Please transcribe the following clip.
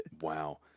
Wow